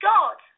God